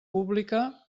pública